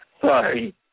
Sorry